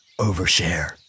overshare